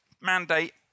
mandate